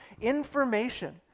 information